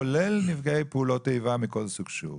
כולל נפגעי פעולות איבה מכל סוג שהוא.